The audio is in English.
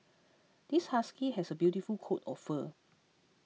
this husky has a beautiful coat of fur